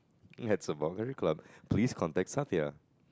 at Sembawang country club please contact Sathia